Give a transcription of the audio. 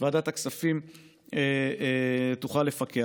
ועדת הכספים תוכל לפקח.